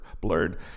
blurred